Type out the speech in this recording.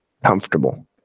comfortable